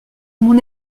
mon